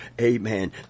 amen